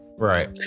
Right